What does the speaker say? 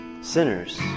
sinners